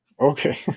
Okay